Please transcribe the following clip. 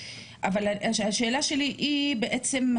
אבל השאלה שלי היא בעצם,